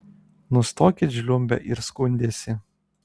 nustokit žliumbę ir skundęsi